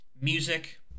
music